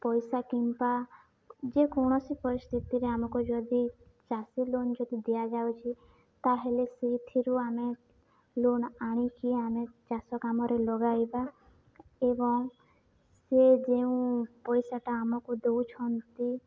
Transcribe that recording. ପଇସା କିମ୍ବା ଯେକୌଣସି ପରିସ୍ଥିତିରେ ଆମକୁ ଯଦି ଚାଷୀ ଲୋନ୍ ଯଦି ଦିଆଯାଉଛି ତାହେଲେ ସେଇଥିରୁ ଆମେ ଲୋନ୍ ଆଣିକି ଆମେ ଚାଷ କାମରେ ଲଗାଇବା ଏବଂ ସେ ଯେଉଁ ପଇସାଟା ଆମକୁ ଦେଉଛନ୍ତି